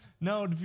no